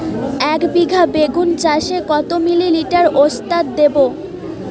একবিঘা বেগুন চাষে কত মিলি লিটার ওস্তাদ দেবো?